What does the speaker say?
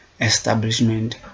establishment